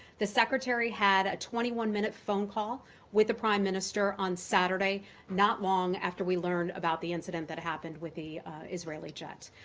the secretary had a twenty one minute phone call with the prime minister on saturday not long after we learned about the incident that happened with the israeli jet.